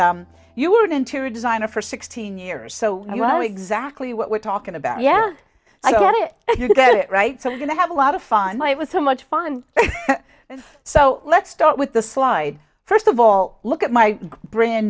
and you were an interior designer for sixteen years so you have exactly what we're talking about yeah i got it you got it right so we're going to have a lot of fun why it was so much fun so let's start with the slide first of all look at my brand